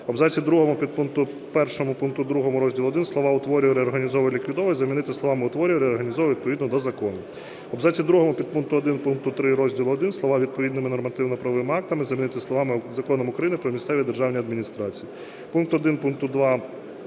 В абзаці другому підпункту 1 пункту 2 розділу І слова "утворює, реорганізовує, ліквідовує" замінити словами "утворює, реорганізовує відповідно до закону". В абзаці другому підпункту 1 пункту 3 розділу І слова "відповідними нормативно-правовими актами" замінити словами "Законом України "Про місцеві державні адміністрації".